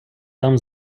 там